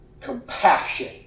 Compassion